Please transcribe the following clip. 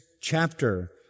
chapter